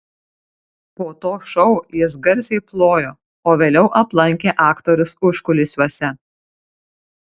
po to šou jis garsiai plojo o vėliau aplankė aktorius užkulisiuose